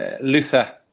luther